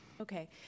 Okay